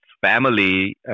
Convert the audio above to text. family